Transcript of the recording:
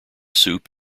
soup